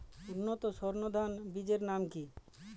উন্নত সর্ন ধান বীজের নাম কি?